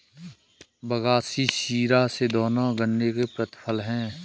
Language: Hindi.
बगासी शीरा ये दोनों गन्ने के प्रतिफल हैं